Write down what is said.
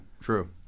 true